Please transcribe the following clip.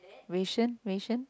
wei-sheng wei-sheng